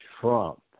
Trump